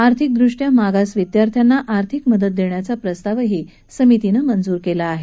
आर्थिकदृष्ट्या मागास विद्यार्थ्यांना आर्थिक मदत देण्याचा प्रस्तावही समितीनं मंजूर केला आहे